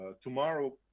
tomorrow